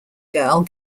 girl